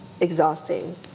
exhausting